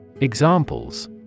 Examples